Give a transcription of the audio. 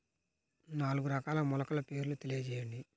నాలుగు రకాల మొలకల పేర్లు తెలియజేయండి?